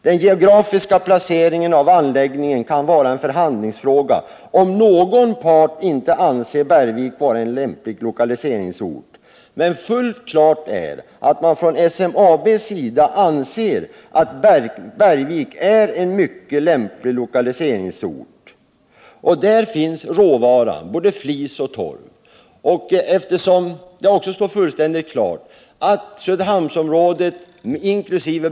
Den geografiska placeringen av anläggningen kan vara en förhandlingsfråga om någon part inte anser Bergvik vara en lämplig lokalisering.” Fullt klart är ändå att SMAB anser att Bergvik är en mycket lämplig lokaliseringsort. Där finns råvaror i form av både flis och torv. Söderhamnsområdet inkl.